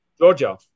georgia